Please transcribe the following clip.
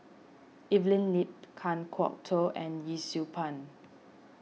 Evelyn Lip Kan Kwok Toh and Yee Siew Pun